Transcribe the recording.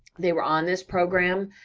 they were on this program,